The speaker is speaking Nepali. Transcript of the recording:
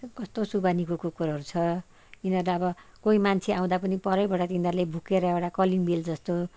कस्तो सुबानीको कुकुरहरू छ यिनीहरूलाई अब कोही मान्छे आउँदा पनि परैबाट तिनीहरूले भुकेर एउटा कलिङ बेल जस्तो